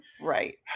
Right